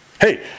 hey